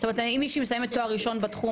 זאת אומרת אם מישהי מסיימת תואר ראשון בתחום,